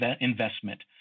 investment